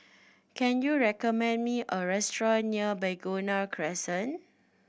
can you recommend me a restaurant near Begonia Crescent